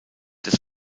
des